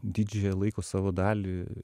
didžiąją laiko savo dalį